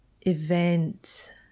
event